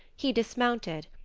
he dismounted,